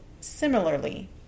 similarly